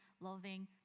loving